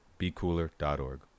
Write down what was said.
BeCooler.org